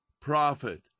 prophet